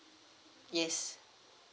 yes